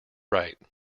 right